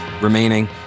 remaining